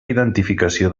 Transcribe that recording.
identificació